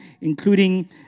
including